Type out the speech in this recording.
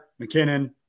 McKinnon